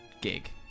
gig